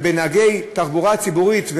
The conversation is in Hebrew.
ונהגי תחבורה ציבורית,